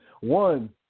One